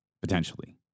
potentially